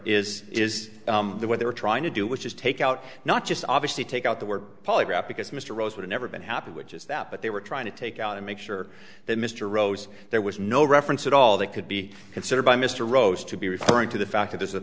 there is is that what they were trying to do which is take out not just obviously take out the word polygraph because mr rose would never been happy which is that but they were trying to take out to make sure that mr rose there was no reference at all that could be considered by mr rose to be referring to the fact that th